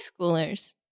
schoolers